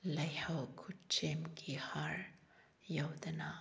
ꯂꯩꯍꯥꯎ ꯈꯨꯠꯁꯦꯝꯒꯤ ꯍꯥꯔ ꯌꯥꯎꯗꯅ